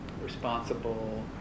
responsible